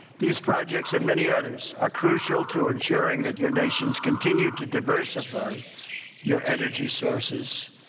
these projects and many others are crucial to ensuring that your nations continue to diversify your energy sources,